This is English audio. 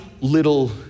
little